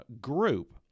group